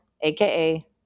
aka